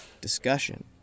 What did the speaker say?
discussion